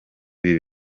ibi